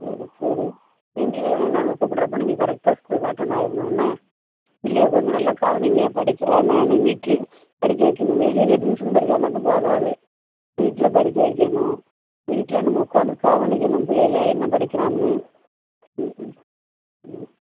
சரி சரி இனி நாங்கள் கூப்பிட்றப்ப நீங்கள் கரெக்டாக ஸ்கூலுக்கு அட்டண்ட் ஆயிடணும் என்ன பிள்ளையை கொஞ்சம் நல்லா கவனிங்க படிக்கிறானான்னு வீட்லையும் படிக்க வைக்கணும் வெளியில ட்யூஷன் படித்தா மட்டும் போதாது வீட்டில் படிக்க வைக்கணும் வீட்டில் நம்ம உக்கார்ந்து கவனிக்கணும் பிள்ளையள என்ன படிக்கிறான்னு ம்ஹூ ம்